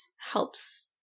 helps